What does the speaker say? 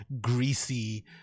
greasy